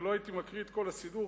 ולא הייתי מקריא את כל הסידור,